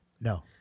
No